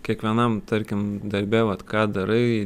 kiekvienam tarkim darbe vat ką darai